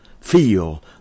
Feel